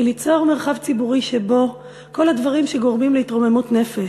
היא ליצור מרחב ציבורי שבו כל הדברים שגורמים להתרוממות נפש,